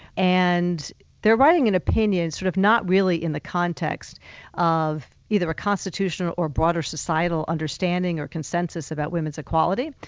and they're writing an opinion sort of not really in the context of either a constitutional or broader societal understanding or consensus about women's equality,